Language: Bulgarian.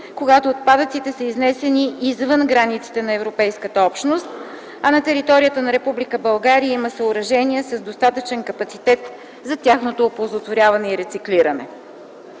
когато отпадъците са изнесени извън границите на Европейската общност, а на територията на Република България има съоръжения с достатъчен капацитет за тяхното оползотворяване и рециклиране.